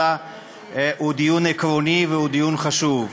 אלא הוא דיון עקרוני וחשוב.